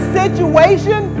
situation